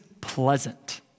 pleasant